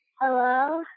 Hello